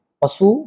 pasu